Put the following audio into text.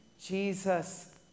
Jesus